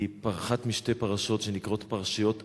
היא אחת משתי פרשות שנקראות "פרשיות התוכחה",